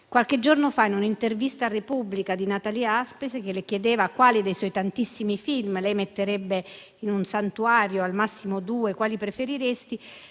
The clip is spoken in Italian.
Qualche giorno fa, in un'intervista a «la Repubblica» di Natalia Aspesi, che le chiedeva quale dei suoi tantissimi film lei metterebbe in un santuario, al massimo due, lei risponde: